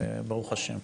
ברוך השם.